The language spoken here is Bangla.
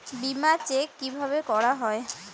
বিমা চেক কিভাবে করা হয়?